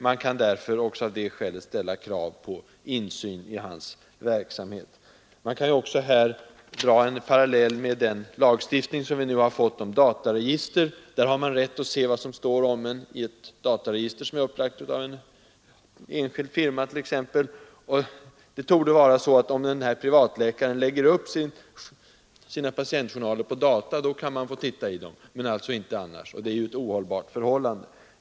Man kan också av det skälet ställa krav på insyn i hans verksamhet. Vi kan också dra en parallell med den lagstiftning vi nu har fått om dataregister. Man har rätt att se vilka uppgifter som samlats om en i ett dataregister, som är upplagt av t.ex. en enskild firma. Det torde vara så att om en privatläkare lägger upp sina patientjournaler på data, då har man rätt att ta del av dem, men alltså inte annars. Det är ju ett orimligt förhållande.